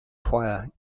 choir